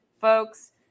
folks